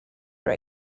were